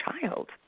child